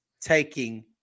taking